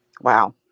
Wow